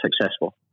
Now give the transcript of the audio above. successful